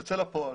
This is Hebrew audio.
ותצא לפועל.